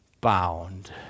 bound